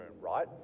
right